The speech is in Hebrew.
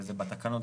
וזה בתקנות,